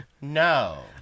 No